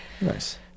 nice